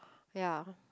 ya